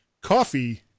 Coffee